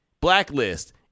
Blacklist